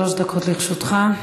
שלוש דקות לרשותך.